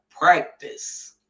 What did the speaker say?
practice